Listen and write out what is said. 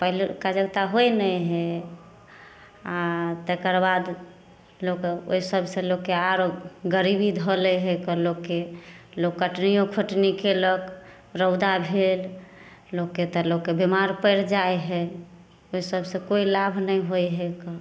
पहिलुका जकाॅं होइ नहि हइ आ तकर बाद लोक ओहि सभसे लोकके आरो गरीबी धऽ लै हइ कऽ लोककेँ लोक कटनियो खोटनी केलक रौदा भेल लोककेँ तऽ लोक बिमार पैड़ि जाइ हइ ओहि सभसँ कोइ लाभ नहि होइ हइ कऽ